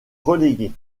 relégués